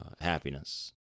happiness